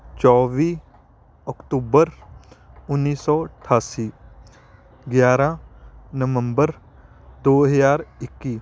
ਚੌਵੀ ਅਕਤੂਬਰ ਉੱਨੀ ਸੌ ਅਠਾਸੀ ਗਿਆਰਾਂ ਨਵੰਬਰ ਦੋ ਹਜ਼ਾਰ ਇੱਕੀ